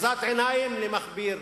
אחיזת עיניים למכביר,